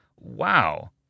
Wow